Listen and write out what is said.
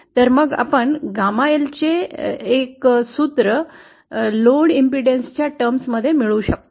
तर मग आपण भारनियमनाच्या बाबतीत gamma L चे एक सूत्र मिळवू शकतो